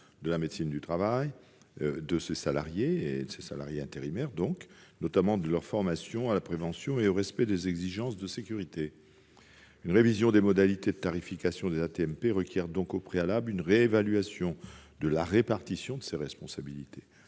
de la médecine du travail des salariés intérimaires, notamment de leur formation à la prévention et au respect des exigences de sécurité. Une révision des modalités de tarification des AT-MP requiert donc au préalable une réévaluation de la répartition des responsabilités